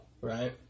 right